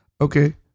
okay